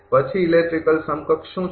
પછી ઇલેક્ટ્રિકલ સમકક્ષ શું છે